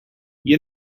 you